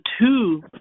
two